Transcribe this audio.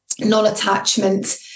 non-attachment